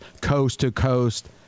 coast-to-coast